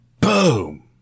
boom